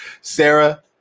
sarah